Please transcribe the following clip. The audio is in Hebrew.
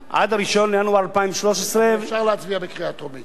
עד 1 בינואר 2013, אז אפשר להצביע בקריאה טרומית.